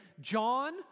John